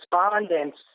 respondents